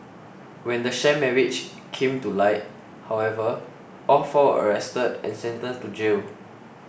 when the sham marriage came to light however all four were arrested and sentenced to jail